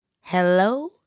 hello